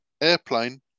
airplane